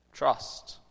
trust